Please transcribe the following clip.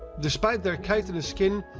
despite their chitinous skin,